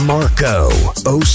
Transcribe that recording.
Marco